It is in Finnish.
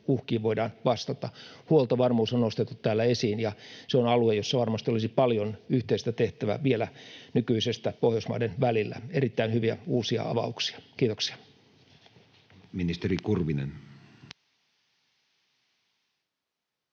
uhkiin voidaan vastata. Huoltovarmuus on nostettu täällä esiin, ja se on alue, jossa varmasti olisi paljon nykyistä enemmän yhteistä tehtävää Pohjoismaiden välillä. Erittäin hyviä uusia avauksia. — Kiitoksia.